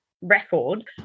record